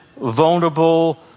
vulnerable